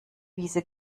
wiese